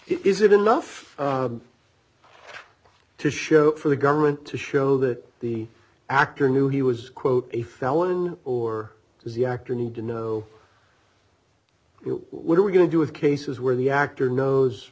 is it enough to show up for the government to show that the actor knew he was quote a felon or z actor need to know what are we going to do with cases where the actor